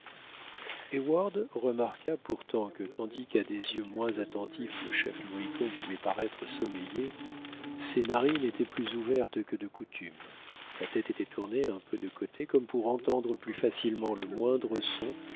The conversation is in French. remarqua pourtant que tandis qu'à des yeux moins attentifs le chef mohican pouvait paraître sommeiller ses narines étaient plus ouvertes que de coutume sa tête était tournée un peu de côté comme pour entendre plus facilement le moindre son